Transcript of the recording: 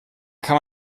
kann